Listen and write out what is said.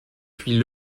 puis